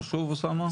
משהו חשוב, אוסאמה?